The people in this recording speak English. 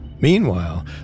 Meanwhile